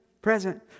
present